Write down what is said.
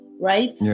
Right